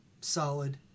solid